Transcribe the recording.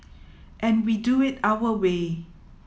and we do it our way